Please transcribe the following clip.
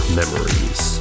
memories